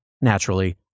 naturally